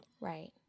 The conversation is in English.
Right